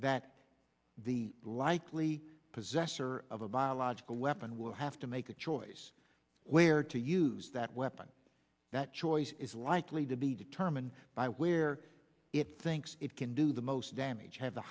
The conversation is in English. that the likely possessor of a biological weapon will have to make a choice where to use that weapon that choice is likely to be determined by where it thinks it can do the most damage have the